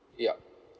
yup